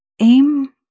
aim